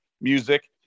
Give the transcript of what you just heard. music